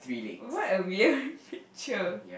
what a weird picture